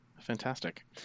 Fantastic